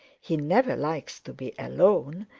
he never likes to be alone,